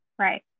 Right